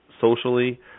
socially